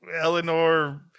Eleanor